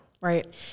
Right